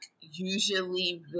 usually